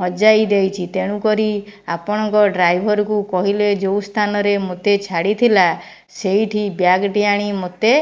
ହଜାଇ ଦେଇଛି ତେଣୁକରି ଆପଣଙ୍କ ଡ୍ରାଇଭର୍ କୁ କହିଲେ ଯୋଉ ସ୍ଥାନରେ ମୋତେ ଛାଡ଼ିଥିଲା ସେଇଠି ବ୍ୟାଗ୍ଟି ଆଣି ମୋତେ